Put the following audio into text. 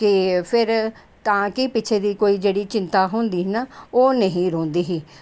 ते फिर तां कती पिच्छे जेह् चिंता होंदी ना ओह् निं ही रौहंदी ही